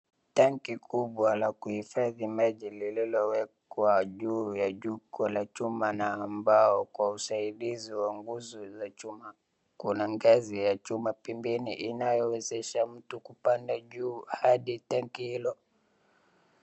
Tanki kubwa la kuhifadhi maji lililowekwa juu ya juko la chuma na ambao kwa usaidizi wa nguzo za chuma, kuna ngazi ya chuma pembeni inayowezesha mtu kupanda juu hadi tenki hilo.